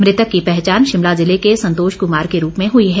मृतक की पहचान शिमला जिले के संतोष कुमार के रूप में हुई है